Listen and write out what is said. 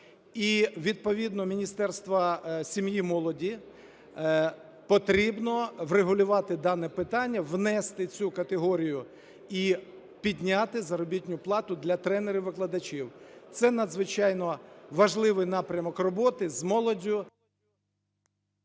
і відповідно Міністерства сім'ї, молоді: потрібно врегулювати дане питання, внести цю категорію і підняти заробітну плату для тренерів-викладачів. Це надзвичайно важливий напрямок роботи з молоддю…